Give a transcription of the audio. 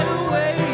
away